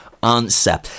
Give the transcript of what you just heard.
answer